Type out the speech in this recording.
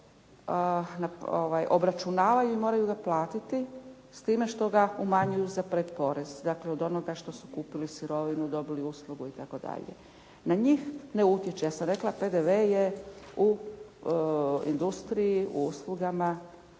obračunavaju i moraju ga platiti s time što ga umanjuju za predporez, dakle od onoga što su kupili sirovinu, dobili uslugu itd. Na njih ne utječe, ja sam rekla PDV je u industriji, uslugama